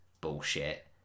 bullshit